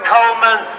Coleman